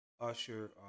Usher